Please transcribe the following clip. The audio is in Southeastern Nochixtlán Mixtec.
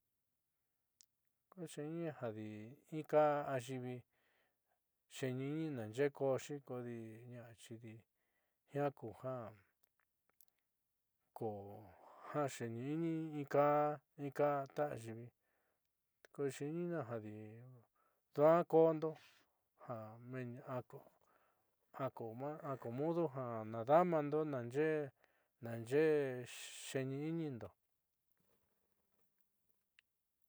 Koxhi nina jandii, inka ayivii yinina yeko yekodii ñaxhii, ñakujan koo jaxhi nini, inka'a ka tayivii, koxhinina jadii nduan kondo jan meni ako'ó, ja ko ma'a kajomodo jan ndamando nayee, nayee cheni inindó.